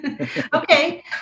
Okay